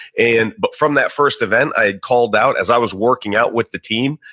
and but from that first event i had called out as i was working out with the team,